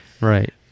Right